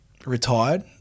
retired